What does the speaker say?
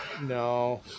no